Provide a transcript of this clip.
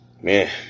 man